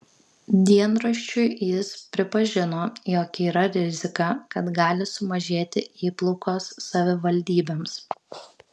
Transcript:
dienraščiui jis pripažino jog yra rizika kad gali sumažėti įplaukos savivaldybėms